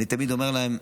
אני תמיד אומר להם: